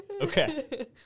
Okay